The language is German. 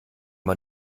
man